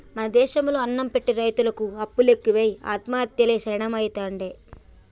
మన దేశం లో అన్నం పెట్టె రైతుకు అప్పులు ఎక్కువై ఆత్మహత్యలే శరణ్యమైతాండే